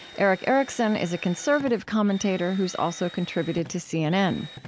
erick erickson is a conservative commentator who's also contributed to cnn.